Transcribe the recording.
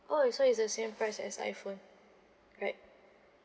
oh so it's the same price as iPhone right